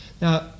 now